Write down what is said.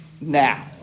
now